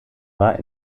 war